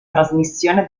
trasmissione